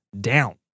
down